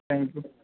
thank you